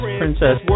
princess